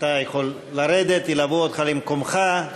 אתה יכול לרדת, ילוו אותך למקומך.